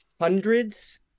hundreds